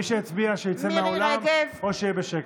מי שהצביע, שיצא מהאולם או שיהיה בשקט.